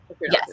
Yes